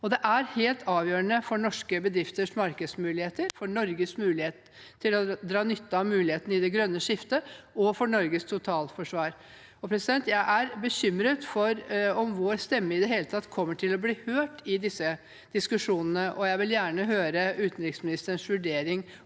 det er helt avgjørende for norske bedrifters markedsmuligheter, for Norges mulighet til å dra nytte av mulighetene i det grønne skiftet og for Norges totalforsvar. Jeg er bekymret for om vår stemme i det hele tatt kommer til å bli hørt i disse diskusjonene, og jeg vil gjerne høre utenriksministerens vurdering